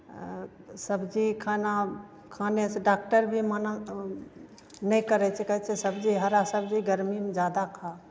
आ सब्जी खाना खाने से डाक्टर भी मना नहि करै छै कहै छै सब्जी हरा सब्जी गर्मीमे ज्यादा खाउ